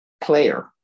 player